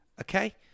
Okay